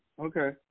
okay